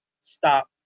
stop